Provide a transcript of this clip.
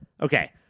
Okay